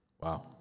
Wow